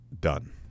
done